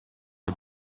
had